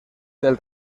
del